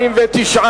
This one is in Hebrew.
ההצעה